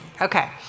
Okay